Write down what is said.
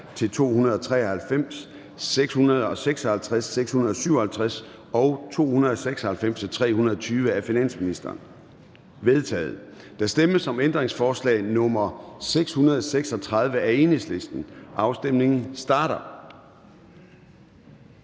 272-293, 656, 657 og 296-320 af finansministeren? De er vedtaget. Der stemmes om ændringsforslag nr. 636 af Enhedslisten. Afstemningen starter.